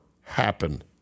happen